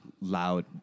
loud